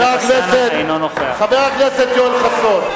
אינו נוכח חבר הכנסת יואל חסון,